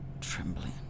trembling